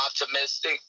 optimistic